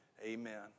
amen